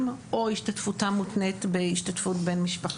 או השתתפותם מותנית בהשתתפות בן משפחה,